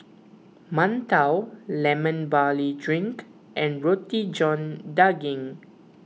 Mantou Lemon Barley Drink and Roti John Daging